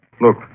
Look